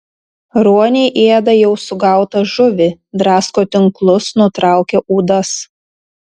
ruoniai ėda jau sugautą žuvį drasko tinklus nutraukia ūdas